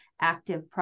active